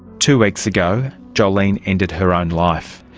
two weeks ago jolene ended her own life.